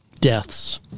deaths